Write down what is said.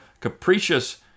capricious